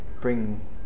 bring